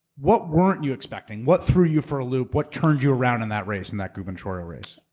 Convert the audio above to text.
what weren't you expecting? what threw you for a loop? what turned you around in that race, in that gubernatorial race?